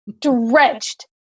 Drenched